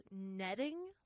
netting